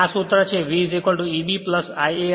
ત્યારે આ સૂત્ર છે V Eb I a r a